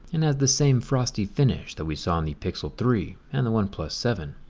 and has the same frosty finish that we saw in the pixel three and the oneplus seven.